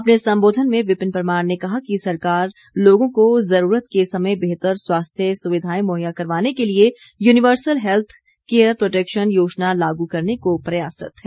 अपने संबोधन में विपिन परमार ने कहा कि सरकार लोगों को ज़रूरत के समय बेहतर स्वास्थ्य सुविधाएं मुहैया करवाने के लिए युनिवर्सल हैल्थ केयर प्रोटैक्शन योजना लागू करने को प्रयासरत है